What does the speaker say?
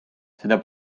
seda